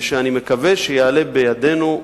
ואני מקווה שיעלה בידנו.